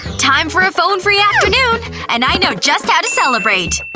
time for a phone-free afternoon! and i know just how to celebrate.